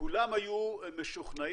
שכולם היו משוכנעים